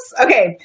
Okay